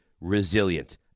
resilient